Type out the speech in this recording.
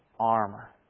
armor